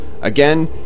Again